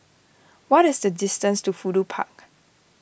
what is the distance to Fudu Park